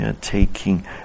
taking